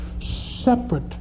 separate